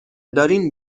دارین